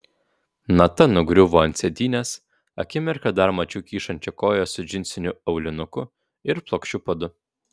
nata nugriuvo ant sėdynės akimirką dar mačiau kyšančią koją su džinsiniu aulinuku ir plokščiu padu